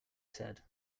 said